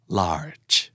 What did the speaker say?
large